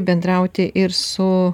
bendrauti ir su